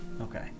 okay